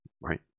Right